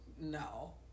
No